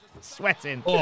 Sweating